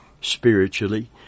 Spiritually